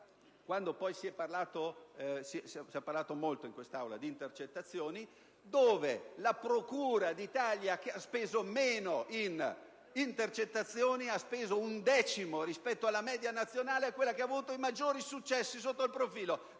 quando si è parlato molto in quest'Aula di intercettazioni. Ricordo che la procura d'Italia che ha speso minori risorse in intercettazioni (ha speso un decimo rispetto alla media nazionale) è quella che ha ottenuto maggiori successi sotto il profilo